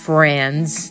Friends